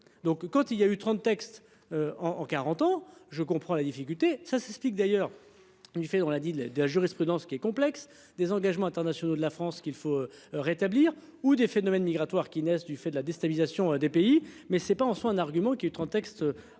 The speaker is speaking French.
donc quand il y a eu textes. En en 40 ans. Je comprends la difficulté ça s'explique d'ailleurs il fait dans la ville et de la jurisprudence qui est complexe des engagements internationaux de la France qu'il faut rétablir ou des phénomènes migratoires qui naissent du fait de la déstabilisation des pays mais ce n'est pas en soi un argument qui est 30 texte